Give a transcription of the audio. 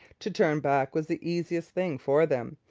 to turn back was the easiest thing for them.